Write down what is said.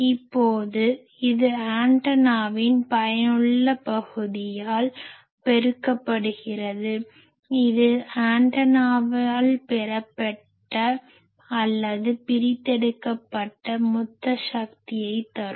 இப்போது இது ஆண்டனாவின் பயனுள்ள பகுதியால் பெருக்கப்படுகிறது இது ஆண்டனாவால் பெறப்பட்ட அல்லது பிரித்தெடுக்கப்பட்ட மொத்த சக்தியை தரும்